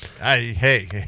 Hey